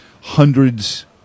hundreds